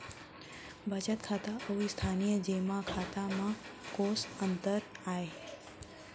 बचत खाता अऊ स्थानीय जेमा खाता में कोस अंतर आय?